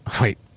Wait